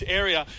area